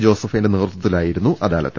ജോസഫൈന്റെ നേതൃത്വത്തിലായിരുന്നു അദാല ത്ത്